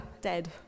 dead